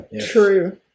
true